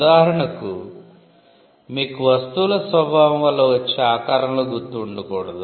ఉదాహరణకు మీకు వస్తువుల స్వభావం వల్ల వచ్చే ఆకారంలో గుర్తు ఉండకూడదు